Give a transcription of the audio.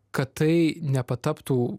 kad tai netaptų